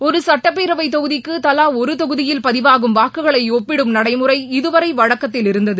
ஒரு சட்டப்பேரவைத் தொகுதிக்கு தவா ஒரு தொகுதியில் பதிவாகும் வாக்குகளை ஒப்பிடும் நடைமுறை இதுவரை வழக்கத்தில் இருந்தது